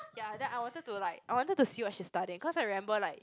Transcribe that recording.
ya then I wanted to like I wanted to see what she's studying cause I remember like